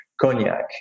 cognac